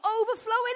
overflowing